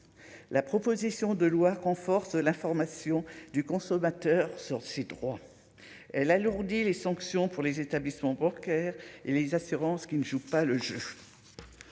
la proposition de loi renforce l'information du consommateur sur 6 3 elle alourdit les sanctions pour les établissements bancaires et les assurances qui ne jouent pas le jeu.